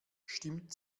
stimmt